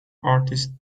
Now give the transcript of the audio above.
artist